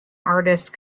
artist